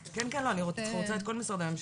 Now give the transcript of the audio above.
בהחלט, אני מבינה את הקשיים,